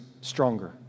stronger